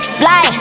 fly